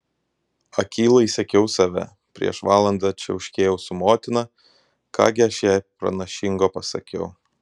akylai sekiau save prieš valandą čiauškėjau su motina ką gi aš jai pranašingo pasakiau